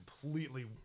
completely